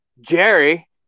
Jerry